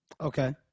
Okay